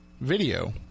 video